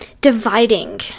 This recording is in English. dividing